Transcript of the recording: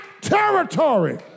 territory